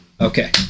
Okay